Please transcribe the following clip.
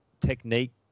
technique